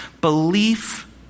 Belief